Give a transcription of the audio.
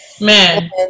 Man